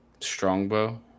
Strongbow